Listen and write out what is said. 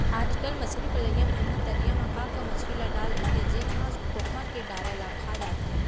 आजकल मछरी पलइया मन ह तरिया म का का मछरी ल डाल देथे जेन ह खोखमा के डारा ल खा जाथे